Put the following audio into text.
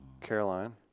Caroline